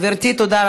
גברתי, תודה רבה.